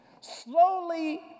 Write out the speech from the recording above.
slowly